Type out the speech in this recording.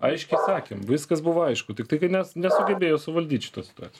aiškiai sakėm viskas buvo aišku tiktai kad mes nesugebėjo suvaldyt šitos situacijos